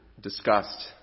discussed